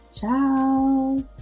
Ciao